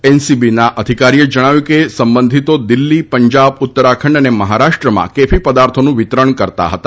એનસીબીના અધિકારીએ જણાવ્યું છે કે સંબંધિતો દિલ્હી પંજાબ ઉત્તરાખંડ અને મહારાષ્ટ્રમાં કેફી પદાર્થોનું વિતરણ કરતા હતા